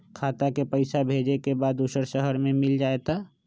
खाता के पईसा भेजेए के बा दुसर शहर में मिल जाए त?